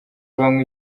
banywa